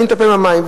אני מטפל במים,